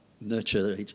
nurture